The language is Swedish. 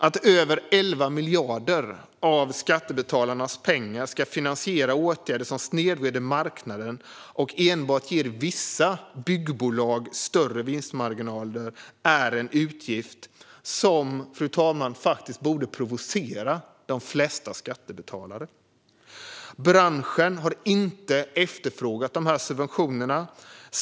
Att över 11 miljarder av skattebetalarnas pengar ska finansiera åtgärder som snedvrider marknaden och enbart ger vissa byggbolag större vinstmarginaler är något som faktiskt borde provocera de flesta skattebetalare. Branschen har inte efterfrågat dessa subventioner.